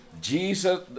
Jesus